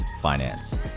finance